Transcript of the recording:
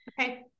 Okay